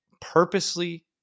purposely